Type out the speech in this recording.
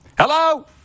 Hello